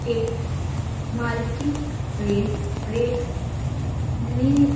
cake multigrain